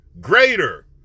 Greater